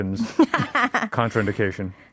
contraindication